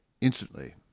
instantly